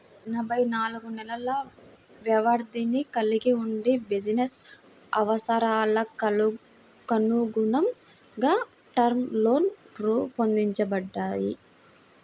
ఎనభై నాలుగు నెలల వ్యవధిని కలిగి వుండి బిజినెస్ అవసరాలకనుగుణంగా టర్మ్ లోన్లు రూపొందించబడ్డాయి